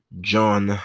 John